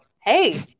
Hey